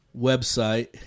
website